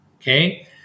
Okay